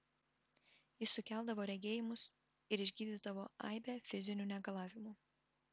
jis sukeldavo regėjimus ir išgydydavo aibę fizinių negalavimų